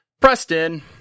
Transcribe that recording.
Preston